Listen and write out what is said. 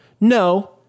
No